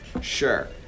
Sure